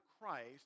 Christ